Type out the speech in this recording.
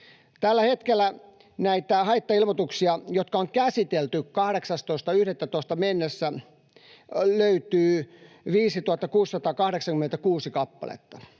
Tällä hetkellä näitä haittailmoituksia, jotka on käsitelty 18.11. mennessä, löytyy 5 686 kappaletta.